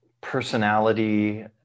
personality